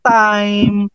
time